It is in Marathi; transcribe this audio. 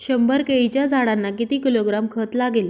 शंभर केळीच्या झाडांना किती किलोग्रॅम खत लागेल?